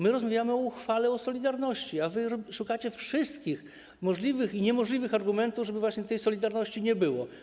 My rozmawiamy o uchwale o solidarności, a wy szukacie wszystkich możliwych i niemożliwych argumentów, żeby właśnie tej solidarności nie było.